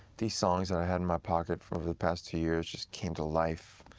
these songs that i had in my pocket for over the past two years, just came to life.